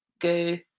go